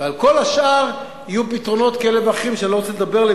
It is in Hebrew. ועל כל השאר יהיו פתרונות כאלה ואחרים שאני לא רוצה לדבר עליהם,